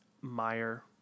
Meyer